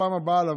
לפעם הבאה,